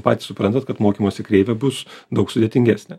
patys suprantat kad mokymosi kreivė bus daug sudėtingesnė